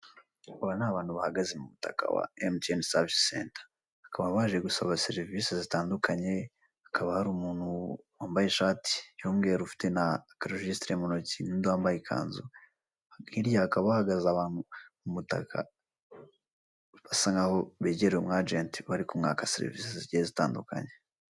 Aba ni abantu bahagaze mu mutaka wa emutiyeni savise senta, bakaba baje gusaba serivisi zitandukanye. Hakaba hari umuntu wambaye ishati y'umweru, ufite n'akarujisitire mu ntoki, n'undi wambaye ikanzu. Hirya hakaba hahagaze abantu mu mutaka, basa n'aho begereye umu agenti bari kumwaka serivisi zitandukanye.